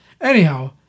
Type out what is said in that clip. Anyhow